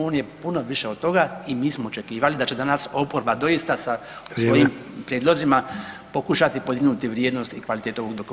On je puno više od toga i mi smo očekivali da će danas oporba doista sa svojim prijedlozima pokušati podignuti vrijednost i kvalitetu ovog dokumenta.